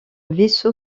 vaisseau